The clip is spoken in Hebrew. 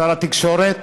שר התקשורת,